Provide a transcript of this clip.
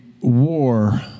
war